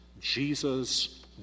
Jesus